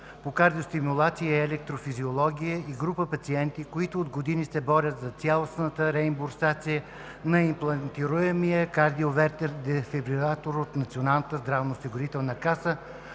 по кардиостимулация и електрофизиология и група пациенти, които от години се борят за цялостната реимбурсация на имплантируем кардиовертер дефибрилатор от